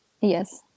Yes